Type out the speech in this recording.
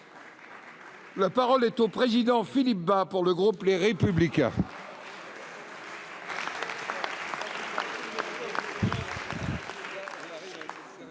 La parole est à M. Philippe Bas, pour le groupe Les Républicains.